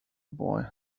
boy